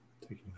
Taking